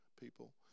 people